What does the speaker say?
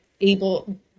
able